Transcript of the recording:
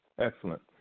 Excellent